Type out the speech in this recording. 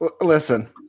Listen